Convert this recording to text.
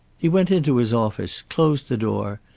he went into his office, closed the door,